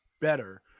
better